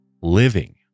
living